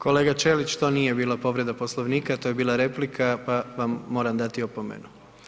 Kolega Ćelić to nije bilo povreda Poslovnika, to je bila replika pa vam moram dati opomenu.